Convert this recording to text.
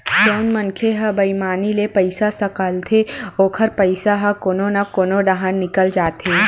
जउन मनखे ह बईमानी ले पइसा सकलथे ओखर पइसा ह कोनो न कोनो डाहर निकल जाथे